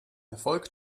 erfolg